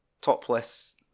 topless